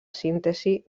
síntesi